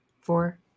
four